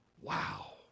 Wow